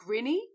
grinny